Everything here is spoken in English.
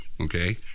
okay